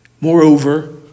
Moreover